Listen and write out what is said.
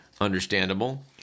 Understandable